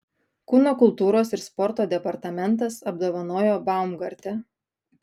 kūno kultūros ir sporto departamentas apdovanojo baumgartę